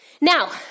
Now